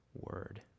Word